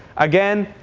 again,